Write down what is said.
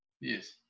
Yes